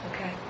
okay